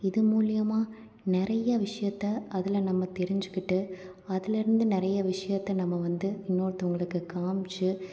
இது மூலயமா நிறைய விஷயத்த அதில் நம்ம தெரிஞ்சுக்கிட்டு அதுலருந்து நிறைய விஷயத்த நம்ம வந்து இன்னொருத்தவங்களுக்கு காமித்து